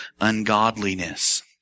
ungodliness